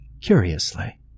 curiously